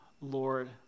Lord